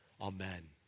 Amen